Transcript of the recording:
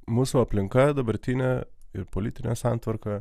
mūsų aplinka dabartinė ir politinė santvarka